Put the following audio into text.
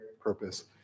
purpose